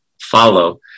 follow